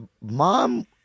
mom